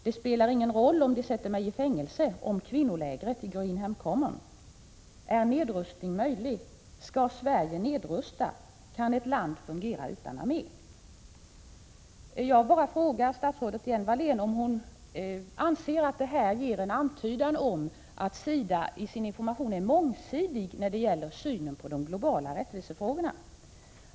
”Det spelar ingen roll om de sätter mig i fängelse” — om kvinnolägret i Greenham Common — Är nedrustning möjlig? — Skall Sverige nedrusta? — Kan ett land fungera utan armé?” Jag vill fråga statsrådet Lena Hjelm-Wallén om hon anser att detta ger en antydan om att SIDA i sin information är mångsidig när det gäller synen på de globala rättvisefrågorna.